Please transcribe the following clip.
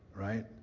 right